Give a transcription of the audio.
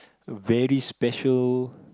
very special